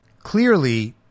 clearly